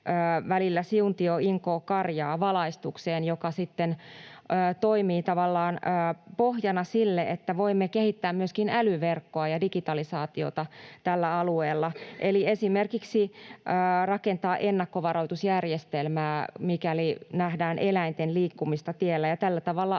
välillä Siuntio—Inkoo—Karjaa, ja se sitten toimii tavallaan pohjana sille, että voimme kehittää myöskin älyverkkoa ja digitalisaatiota tällä alueella eli esimerkiksi rakentaa ennakkovaroitusjärjestelmää, mikäli nähdään eläinten liikkumista tiellä,